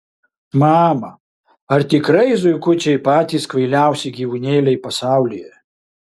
mama ar tikrai zuikučiai patys kvailiausi gyvūnėliai pasaulyje